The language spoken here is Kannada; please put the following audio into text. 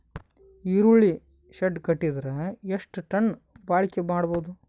ಈರುಳ್ಳಿ ಶೆಡ್ ಕಟ್ಟಿದರ ಎಷ್ಟು ಟನ್ ಬಾಳಿಕೆ ಮಾಡಬಹುದು?